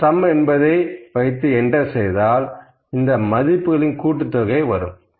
இங்கே Sum என்பதை வைத்து என்டர் செய்தால் அந்த மதிப்புகளின் கூட்டுத்தொகை வரும்